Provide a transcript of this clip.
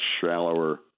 shallower